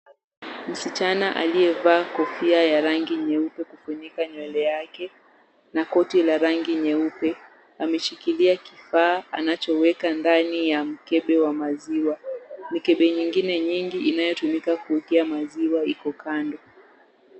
Msichana aliyevaa kofia ya rangi nyeupe amefunikwa nywele yake na koti ya rangi nyeupe. Ameshikilia kifaa anachoweka ndani ya mkebe wa maziwa. Mikebe nyingine mingi inayotumika kuwekea maziwa Iko kando.